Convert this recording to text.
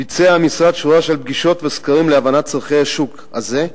ביצע המשרד שורה של פגישות וסקרים להבנת צורכי השוק הזה,